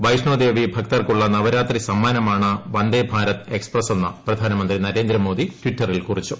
വൈഷ്ണോ ദേവി ഭക്തർക്കുള്ള നവരാത്രി സമ്മാനമാണ് വന്ദേഭാരത് എക്സ്പ്രസ് എന്ന് പ്രധാനമന്ത്രി നരേന്ദ്ര മോദി ടിറ്ററിൽ കുറിച്ചു